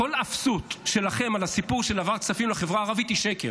כל אפסות שלכם בסיפור של העברת כספים לחברה הערבית היא שקר.